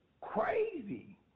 crazy